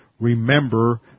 remember